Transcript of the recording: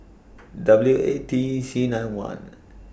W A T C nine one